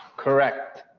correct.